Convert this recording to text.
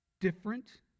different